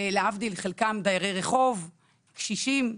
להבדיל, חלקם דיירי רחוב, קשישים,